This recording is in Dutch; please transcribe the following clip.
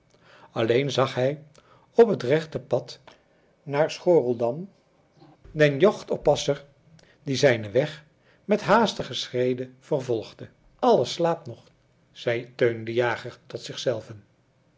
alleen zag hij op het rechte pad naar schoorldam den jachtoppasser die zijnen weg met haastige schreden vervolgde alles slaapt nog zei teun de jager tot